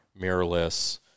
mirrorless